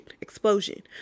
explosion